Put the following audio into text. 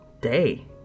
day